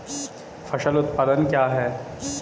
फसल उत्पादन क्या है?